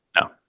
No